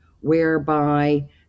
whereby